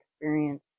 experience